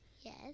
Yes